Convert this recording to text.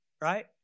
right